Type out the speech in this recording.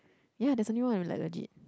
ya there's a new one like legit